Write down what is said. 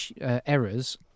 errors